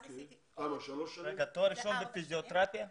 תואר ראשון בפיזיותרפיה?